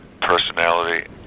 personality